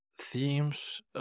Themes